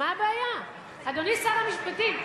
אדוני שר המשפטים,